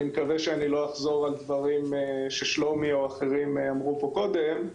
אני מקווה שאני לא אחזור על דברים ששלומי או אחרים אמרו פה קודם.